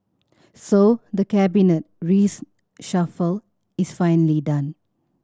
so the Cabinet is finally done